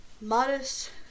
modest